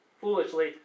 foolishly